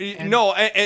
No